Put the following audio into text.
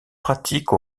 pratique